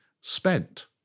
spent